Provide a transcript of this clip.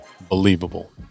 believable